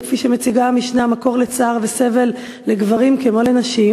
שהוא כפי שמציגה המשנה מקור לצער וסבל לגברים כמו לנשים,